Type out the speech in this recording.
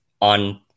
on